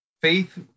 Faith